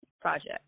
project